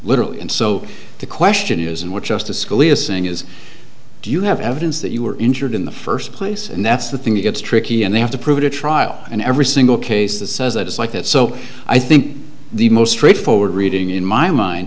literally and so the question is and what justice scalia is saying is do you have evidence that you were injured in the first place and that's the thing that gets tricky and they have to prove to trial and every single case that says that it's like that so i think the most straightforward reading in my mind